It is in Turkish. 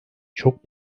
çok